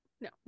No